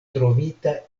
trovita